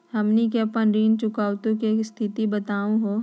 हमनी के अपन ऋण चुकौती के स्थिति बताहु हो?